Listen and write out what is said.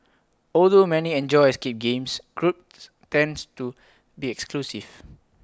although many enjoy escape games groups tends to be exclusive